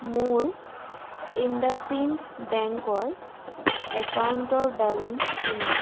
মোৰ ইণ্ডাচিণ্ড বেংকৰ একাউণ্টৰ বেলেঞ্চ কিমান